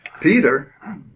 Peter